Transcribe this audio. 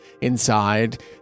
inside